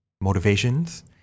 motivations